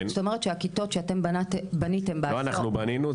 הכיתות שאתם בניתם --- לא אנחנו בנינו,